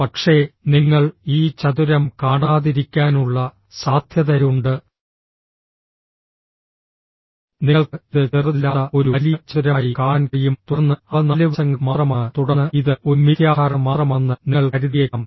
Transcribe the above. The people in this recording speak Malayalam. പക്ഷേ നിങ്ങൾ ഈ ചതുരം കാണാതിരിക്കാനുള്ള സാധ്യതയുണ്ട് നിങ്ങൾക്ക് ഇത് ചെറുതല്ലാത്ത ഒരു വലിയ ചതുരമായി കാണാൻ കഴിയും തുടർന്ന് അവ നാല് വശങ്ങൾ മാത്രമാണ് തുടർന്ന് ഇത് ഒരു മിഥ്യാധാരണ മാത്രമാണെന്ന് നിങ്ങൾ കരുതിയേക്കാം